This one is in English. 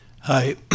Hi